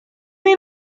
may